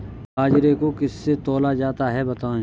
बाजरे को किससे तौला जाता है बताएँ?